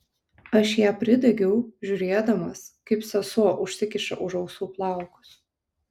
aš ją pridegiau žiūrėdamas kaip sesuo užsikiša už ausų plaukus